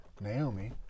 Naomi